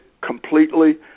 completely